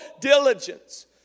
diligence